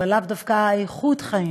אבל לאו דווקא איכות החיים.